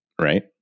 right